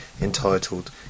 entitled